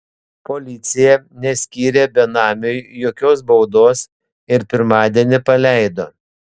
policija neskyrė benamiui jokios baudos ir pirmadienį paleido